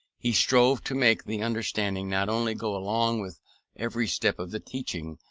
he strove to make the understanding not only go along with every step of the teaching,